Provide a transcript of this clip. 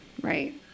right